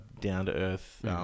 down-to-earth